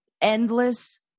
endless